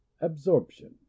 Absorption